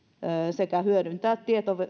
sekä hyödyntää